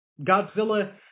Godzilla